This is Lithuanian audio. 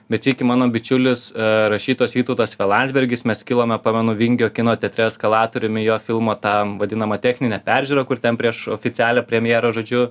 bet sykį mano bičiulis rašytojas vytautas vė landsbergis mes kilome pamenu vingio kino teatre eskalatoriumi į jo filmo tą vadinamą techninę peržiūrą kur ten prieš oficialią premjerą žodžiu